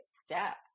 step